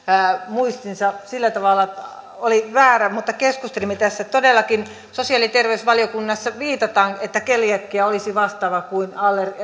muistinsa sillä tavalla oli väärä keskustelimme tässä ja todellakin sosiaali ja terveysvaliokunnassa viitataan että keliakia olisi vastaava kuin